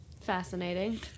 Fascinating